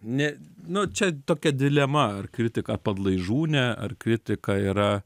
ne nu čia tokia dilema ar kritika padlaižūnė ar kritika yra